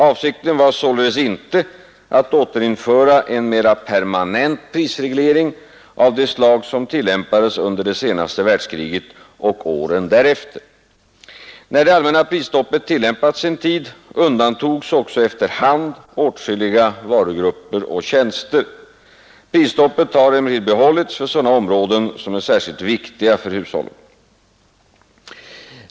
Avsikten var således inte att återinföra en mera permanent prisreglering av det slag som tillämpades under det senaste världskriget och åren därefter. När det allmänna prisstoppet tillämpats en tid undantogs också efter hand åtskilliga varugrupper och tjänster. Prisstoppet har emellertid behållits för sådana områden som är särskilt viktiga för hushållen.